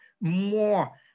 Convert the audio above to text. more